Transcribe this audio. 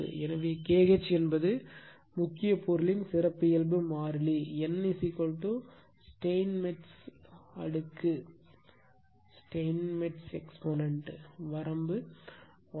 எனவே K h என்பது முக்கிய பொருளின் சிறப்பியல்பு மாறிலி n ஸ்டெய்ன்மெட்ஸ் அடுக்கு வரம்பு 1